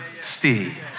Steve